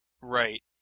Right